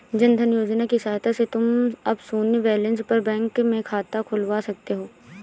जन धन योजना की सहायता से तुम अब शून्य बैलेंस पर बैंक में खाता खुलवा सकते हो